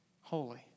holy